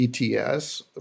ETS